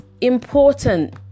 important